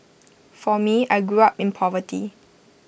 for me I grew up in poverty